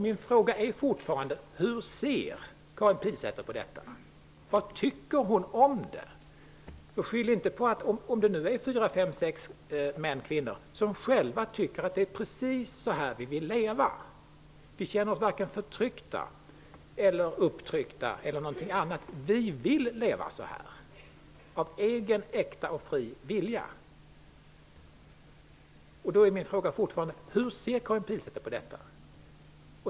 Min fråga är fortfarande: Hur ser Karin Pilsäter på denna fråga? Vad tycker hon om den? Låt oss säga att det finns fem sex män och kvinnor som själva tycker att det är precis så de vill leva. De känner sig varken förtryckta, upptryckta eller något annat. De vill leva så av egen, äkta och fri vilja. Hur ser Karin Pilsäter på detta?